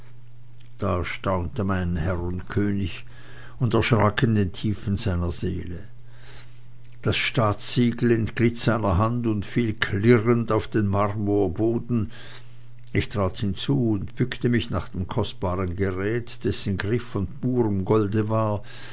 da erstaunte mein herr und könig und erschrak in den tiefen seiner seele das staatssiegel entglitt seiner hand und fiel klirrend auf den marmorboden ich trat hinzu und bückte mich nach dem kostbaren geräte dessen griff von purem golde war